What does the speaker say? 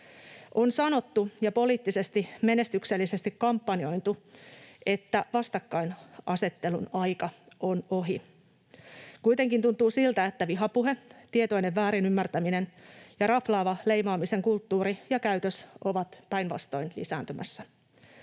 On sanottu ja poliittisesti menestyksellisesti kampanjoitu, että vastakkainasettelun aika on ohi. Kuitenkin tuntuu siltä, että vihapuhe, tietoinen väärinymmärtäminen ja raflaava leimaamisen kulttuuri ja käytös ovat päinvastoin lisääntymässä